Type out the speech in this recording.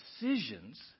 decisions